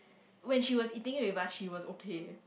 when she was eating with us she was okay